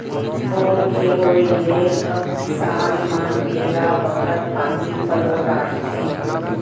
bore के होय ले अब किसान मन बेरा बखत पानी पलो डारथें